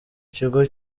kigo